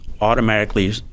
automatically